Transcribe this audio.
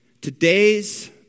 today's